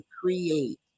create